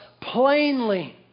plainly